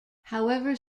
however